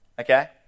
okay